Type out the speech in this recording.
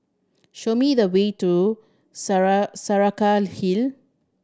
show me the way to Saraca Hill